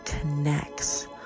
connects